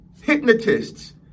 Hypnotists